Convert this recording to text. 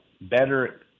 better